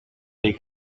dei